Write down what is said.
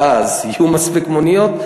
ואז יהיו מספיק מוניות.